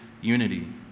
unity